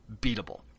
beatable